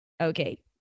Okay